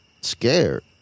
scared